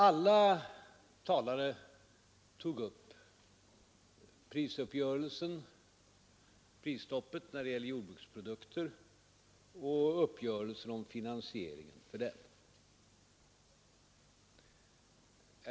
Alla talarna berörde prisuppgörelsen, prisstoppet när det gäller jordbruksprodukter och uppgörelsen om finansieringen av det.